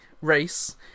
race